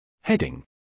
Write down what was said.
Heading